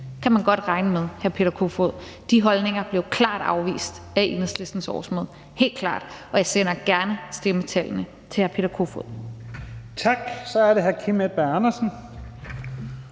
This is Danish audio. Det kan man godt regne med, hr. Peter Kofod. De holdninger blev klart afvist af Enhedslistens årsmøde, helt klart. Og jeg sender gerne stemmetallene til hr. Peter Kofod. Kl. 11:55 Første næstformand (Leif